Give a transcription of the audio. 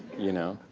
you know?